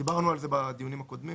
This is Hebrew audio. דיברנו על זה בדיונים הקודמים.